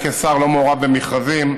אני, כשר, לא מעורב במכרזים,